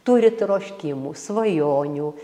turi troškimų svajonių